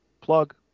Plug